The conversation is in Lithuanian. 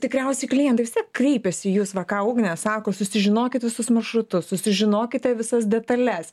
tikriausiai klientai kreipiasi į jus va ką ugnė sako susižinokit visus maršrutus sužinokite visas detales